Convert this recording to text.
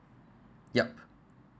yup